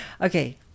Okay